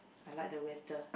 I like the weather